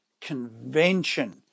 convention